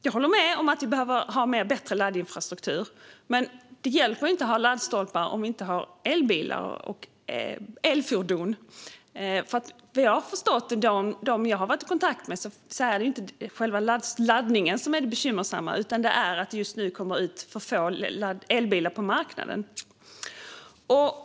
Jag håller med om att vi behöver bättre laddinfrastruktur, men det hjälper ju inte att ha laddstolpar om vi inte har elbilar och elfordon. Vad jag har förstått av dem jag har varit i kontakt med är det inte själva laddningen som är det bekymmersamma, utan det är att det just nu kommer ut för få elbilar på marknaden.